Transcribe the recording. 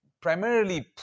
primarily